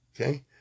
Okay